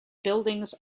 buildings